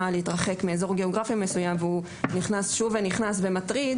להתרחק מאזור גיאוגרפי מסוים והוא שוב נכנס ומטריד,